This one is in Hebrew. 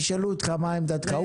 ישאלו אותך מהי עמדתך.